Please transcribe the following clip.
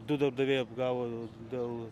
du darbdaviai apgavo dėl